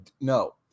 No